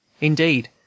Indeed